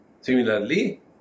Similarly